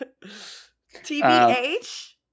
TBH